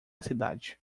cidade